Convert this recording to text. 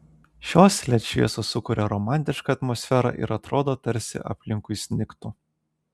šios led šviesos sukuria romantišką atmosferą ir atrodo tarsi aplinkui snigtų